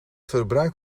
verbruik